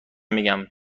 میگم